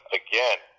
again